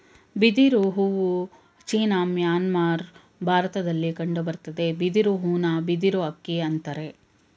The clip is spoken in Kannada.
ಬಿದಿರು ಹೂ ಚೀನಾ ಮ್ಯಾನ್ಮಾರ್ ಭಾರತದಲ್ಲಿ ಕಂಡುಬರ್ತದೆ ಬಿದಿರು ಹೂನ ಬಿದಿರು ಅಕ್ಕಿ ಅಂತರೆ